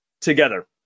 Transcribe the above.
together